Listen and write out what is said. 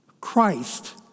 Christ